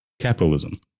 capitalism